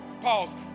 Pause